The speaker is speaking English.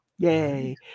Yay